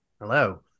Hello